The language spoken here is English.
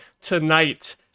tonight